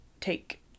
take